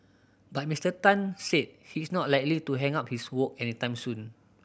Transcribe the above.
but Mister Tan said he is not likely to hang up his wok anytime soon